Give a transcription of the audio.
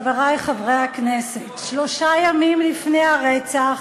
חברי חברי הכנסת, שלושה ימים לפני הרצח